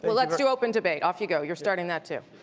but let's do open debate. off you go. you're starting that too.